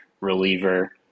reliever